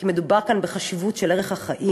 כי מדובר כאן בחשיבות של ערך החיים,